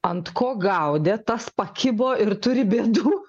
ant ko gaudė tas pakibo ir turi bėdų